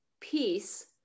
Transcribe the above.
peace